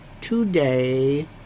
today